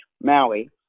Maui